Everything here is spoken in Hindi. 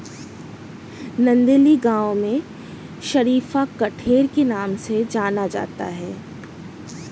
नंदेली गांव में शरीफा कठेर के नाम से जाना जाता है